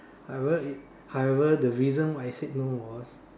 however is however the reason why I said no was